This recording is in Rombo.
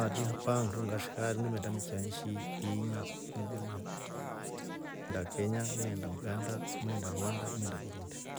Haaati ndu ngashika ngimetrambukia nshi iinya kunu duniani ngimeenda kenya. ngimeenda uganda, ngimeenda rwanda, ngimeenda burundi.